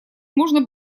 можно